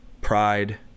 pride